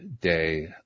day